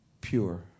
pure